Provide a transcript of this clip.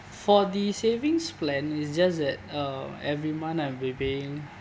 for the savings plan is just that uh every month I've been paying